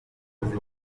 mukozi